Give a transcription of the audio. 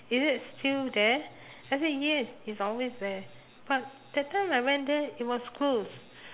is it still there I said yes it's always there but that time I went there it was closed